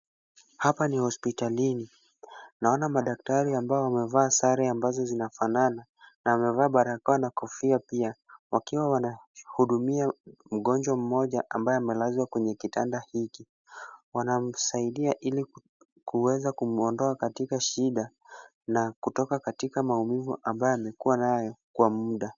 Hapa ni hospitalini. Naona madaktari ambao wamevaa sare ambazo zinafanana na wamevaa barakoa na kofia pia wakiwa wanahudumia mgonjwa mmoja ambaye amelazwa kwenye kitanda hiki. Wanamsaidia ili kuweza kumuondoa katika shida na kutoka katika maumivu ambayo amekuwa nayo kwa muda.